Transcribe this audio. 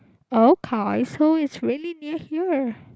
okay so is really near here